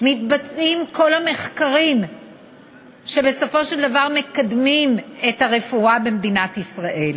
מתבצעים כל המחקרים שבסופו של דבר מקדמים את הרפואה במדינת ישראל.